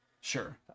Sure